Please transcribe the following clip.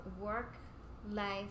work-life